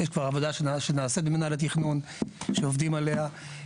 יש כבר עבודה שנעשית במינהל התכנון, שעובדים עליה.